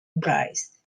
bryce